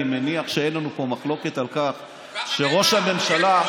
אני מניח שאין לנו פה מחלוקת על כך שראש הממשלה,